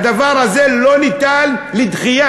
הדבר הזה לא ניתן לדחייה,